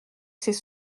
c’est